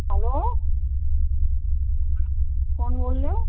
hello कौन बोल रहे हो